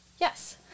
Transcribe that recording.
Yes